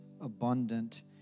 abundant